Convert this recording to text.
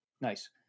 Nice